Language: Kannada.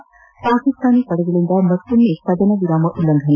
ನ ಪಾಕಿಸ್ತಾನ ಪಡೆಗಳಿಂದ ಮತ್ತೊಮ್ಮೆ ಕದನವಿರಾಮ ಉಲ್ಲಂಘನೆ